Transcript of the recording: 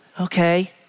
okay